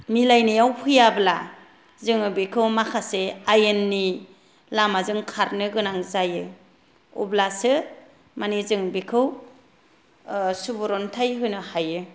ओ मिलायनायाव फैयाब्ला जोङो बेखौ माखासे आयेननि लामाजों खारनोगोनां जायो अब्लासो मानि जों बेखौ सुबुरुनथाइ होनो हायो